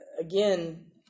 again